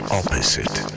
opposite